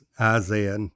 Isaiah